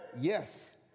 Yes